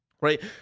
Right